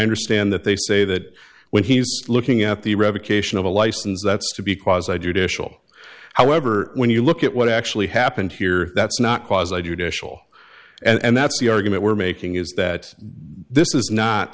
understand that they say that when he's looking at the revocation of a license that's because i do dish will however when you look at what actually happened here that's not cause i do dish will and that's the argument we're making is that this is not